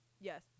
yes